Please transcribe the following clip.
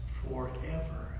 forever